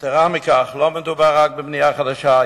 יתירה מזו, לא מדובר רק בבנייה חדשה.